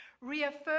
reaffirm